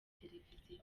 televiziyo